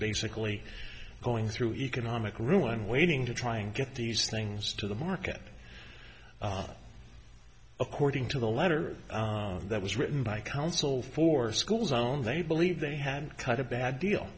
basically going through economic ruin waiting to trying to get these things to the market according to the letter that was written by counsel for school zone they believe they had cut a bad deal